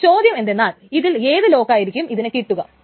ഇനി ചോദ്യം എന്തെന്നാൽ ഇതിൽ ഏത് ലോക്കായിരിക്കും അതിന് കിട്ടുക